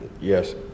Yes